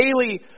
daily